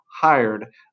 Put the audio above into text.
hired